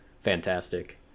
fantastic